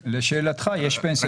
לשאלתך, יש פנסיית גישור.